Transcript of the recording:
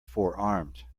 forearmed